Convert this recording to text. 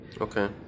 Okay